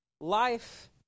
life